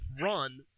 run